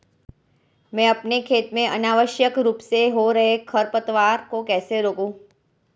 मैं अपने खेत में अनावश्यक रूप से हो रहे खरपतवार को कैसे रोकूं?